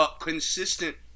consistent